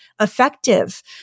effective